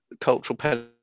cultural